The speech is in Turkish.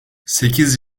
sekiz